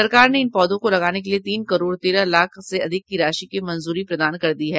सरकार ने इन पौधों को लगाने के लिये तीन करोड़ तेरह लाख से अधिक राशि की मंजूरी प्रदान कर दी है